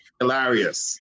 hilarious